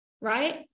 right